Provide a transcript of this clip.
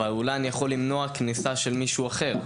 אבל אולי אני יכול למנוע כניסה של מישהו אחר.